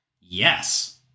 Yes